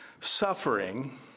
suffering